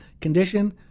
condition